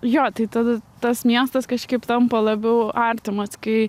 jo tai tada tas miestas kažkaip tampa labiau artimas kai